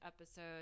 episode